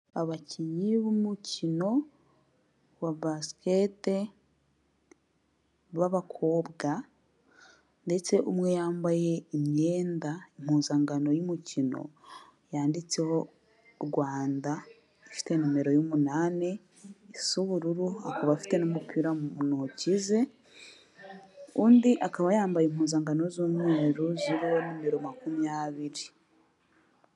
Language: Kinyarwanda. Abakinnyi b'umukino wa basikete w'abakobwa, ndetse umwe yambaye imyenda, impuzankano y'umukino yanditseho Rwanda, ifite nimero y'umunani isa ubururu, akaba afite n'umupira mu ntoki ze, undi akaba yambaye impuzankano z'umweru ziriho nimero makumyabiri.